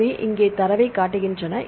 எனவே இங்கே தரவைக் காட்டுகிறேன்